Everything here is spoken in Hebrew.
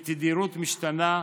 בתדירות משתנה,